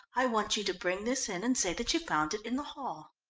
i want you to bring this in and say that you found it in the hall.